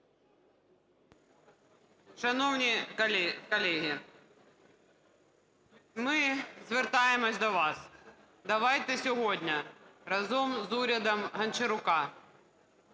Шановні колеги, ми звертаємося до вас: давайте сьогодні разом з урядом Гончарука